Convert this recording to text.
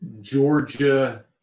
Georgia